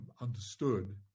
understood